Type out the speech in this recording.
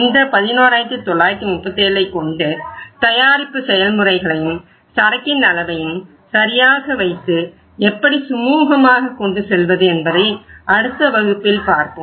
இந்த 11937ஐ கொண்டு தயாரிப்பு செயல்முறைகளையும் சரக்கின் அளவையும் சரியாக வைத்து எப்படி சுமுகமாக கொண்டு செல்வது என்பதை அடுத்த வகுப்பில் பார்ப்போம்